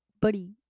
buddy